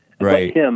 Right